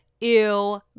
ew